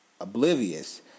oblivious